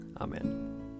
Amen